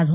धो